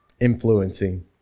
influencing